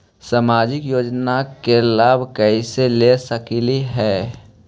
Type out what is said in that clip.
सामाजिक योजना के लाभ कैसे ले सकली हे?